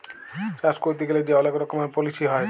চাষ ক্যইরতে গ্যালে যে অলেক রকমের পলিছি হ্যয়